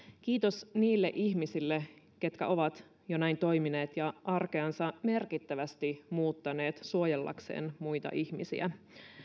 kiitos niille ihmisille ketkä ovat jo näin toimineet ja arkeansa merkittävästi muuttaneet suojellakseen muita ihmisiä